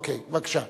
אוקיי, בבקשה.